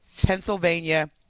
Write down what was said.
Pennsylvania